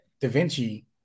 DaVinci